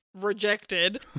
rejected